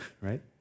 right